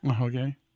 Okay